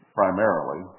primarily